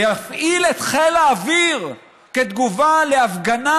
להפעיל את חיל האוויר כתגובה להפגנה?